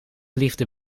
liefde